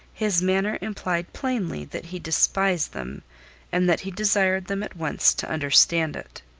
his manner implied plainly that he despised them and that he desired them at once to understand it.